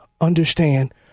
understand